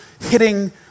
hitting